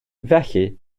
felly